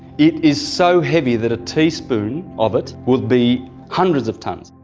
it is so heavy, that a teaspoon of it would be hundreds of tons.